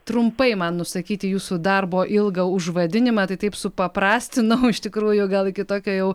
trumpai man nusakyti jūsų darbo ilgą užvadinimą tai taip supaprastina o iš tikrųjų gal iki tokio jau